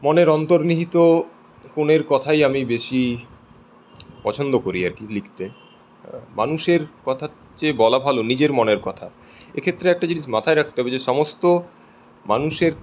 মনের অন্তর্নিহিত মনের কথাই আমি বেশি পছন্দ করি আর কি লিখতে মানুষের কথার যে বলা ভালো নিজের মনের কথা এ ক্ষেত্রে একটা জিনিস মাথায় রাখতে হবে যে সমস্ত মানুষের